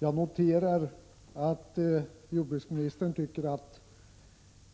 Jag noterar som positivt att jordbruksministern tycker att